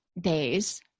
days